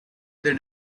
they